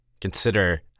consider